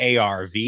ARV